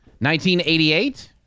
1988